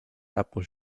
apple